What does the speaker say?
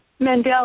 Mandela